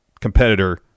competitor